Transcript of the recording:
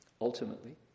ultimately